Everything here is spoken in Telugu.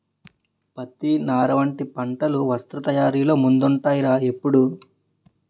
పత్తి, నార వంటి పంటలు వస్త్ర తయారీలో ముందుంటాయ్ రా ఎప్పుడూ